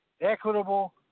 equitable